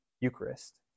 Eucharist